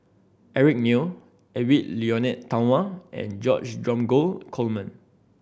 Eric Neo Edwy Lyonet Talma and George Dromgold Coleman